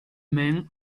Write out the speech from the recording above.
men